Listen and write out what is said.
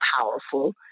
powerful